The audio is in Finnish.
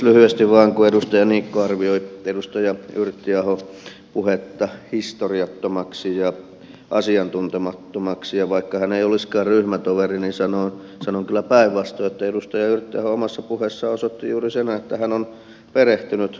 lyhyesti vain kun edustaja niikko arvioi edustaja yrttiahon puhetta historiattomaksi ja asiantuntemattomaksi vaikka tämä ei olisikaan ryhmätoveri sanon kyllä päinvastoin että edustaja yrttiaho omassa puheessaan osoitti juuri sen että hän on perehtynyt asiaan